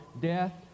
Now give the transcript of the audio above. Death